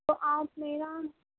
تو آپ میرا